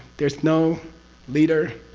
there's no leader.